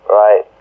right